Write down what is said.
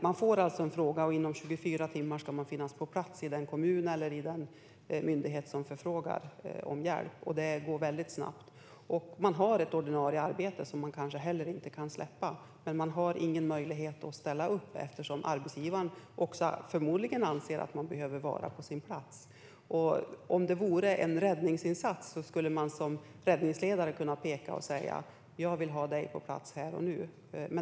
Man får en fråga, och inom 24 timmar ska man sedan finnas på plats i den kommun eller i den myndighet som frågar om hjälp. Det går alltså väldigt snabbt, och man har ett ordinarie arbete som man kanske inte kan släppa. Man har då ingen möjlighet att ställa upp, eftersom arbetsgivaren förmodligen anser att man behöver vara på sin arbetsplats. Om det vore en räddningsinsats skulle räddningsledaren kunna peka och säga: Jag vill ha dig på plats här och nu.